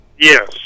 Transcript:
Yes